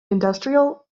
industrial